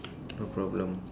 no problem